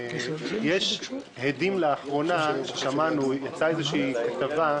השבוע יצאה כתבה,